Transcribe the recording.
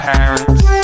Parents